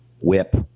WHIP